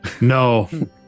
No